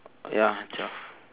ya twelve